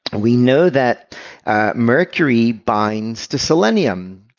and we know that mercury binds to selenium.